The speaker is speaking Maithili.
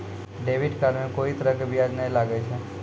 डेबिट कार्ड मे कोई तरह के ब्याज नाय लागै छै